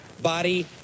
body